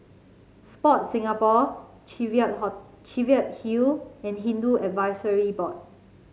Sport Singapore Cheviot Cheviot Hill and Hindu Advisory Board